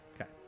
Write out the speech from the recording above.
okay